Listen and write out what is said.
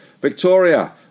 Victoria